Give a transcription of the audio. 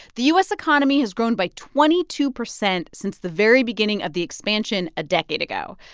the u s. economy has grown by twenty two percent since the very beginning of the expansion a decade ago.